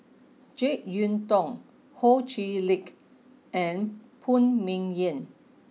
Jek Yeun Thong Ho Chee Lick and Phan Ming Yen